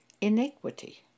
iniquity